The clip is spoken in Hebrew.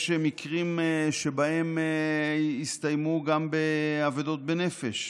יש מקרים שהסתיימו גם באבדות בנפש: